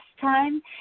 time